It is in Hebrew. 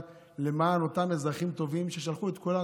למען אותם אזרחים טובים ששלחו את כולנו,